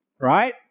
Right